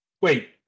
Wait